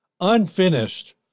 Unfinished